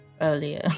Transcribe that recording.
earlier